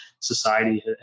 society